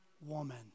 woman